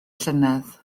llynedd